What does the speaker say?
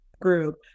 group